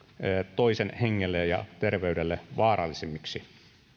toisen hengelle ja ja terveydelle vaarallisimmiksi